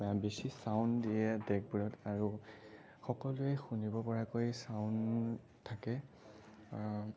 বেছি চাউণ্ড দিয়ে ডেগবোৰত আৰু সকলোৱে শুনিব পৰাকৈ চাউণ্ড থাকে